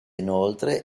inoltre